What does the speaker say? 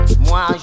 Moi